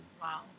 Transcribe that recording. wow